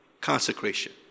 Consecration